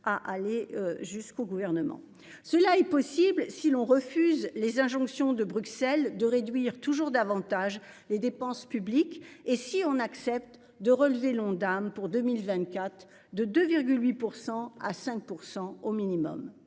à aller jusqu'au gouvernement, cela est possible si l'on refuse les injonctions de Bruxelles de réduire toujours davantage les dépenses publiques et si on accepte de relever l'Ondam pour 2024 de de 8% à 5% au minimum.